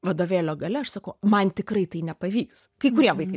vadovėlio gale aš sakau man tikrai tai nepavyks kai kurie vaikai